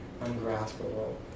ungraspable